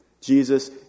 Jesus